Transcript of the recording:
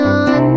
on